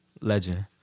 Legend